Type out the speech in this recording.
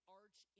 arch